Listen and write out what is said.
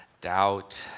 doubt